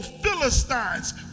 Philistines